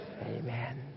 Amen